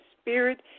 spirit